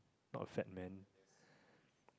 or fat man